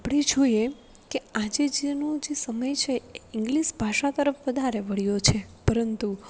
આપણે જોઇએ કે આજે જેનું જે સમય છે ઈંગ્લીસ ભાષા તરફ વધારે વળ્યો છે પરંતુ